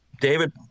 David